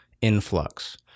influx